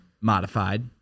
modified